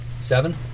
Seven